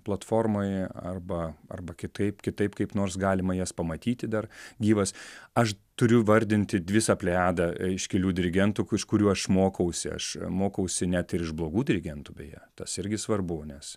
platformoje arba arba kitaip kitaip kaip nors galima jas pamatyti dar gyvas aš turiu vardinti visą plejadą iškilių dirigentų iš kurių aš mokausi aš mokausi net iš blogų dirigentų beje tas irgi svarbu nes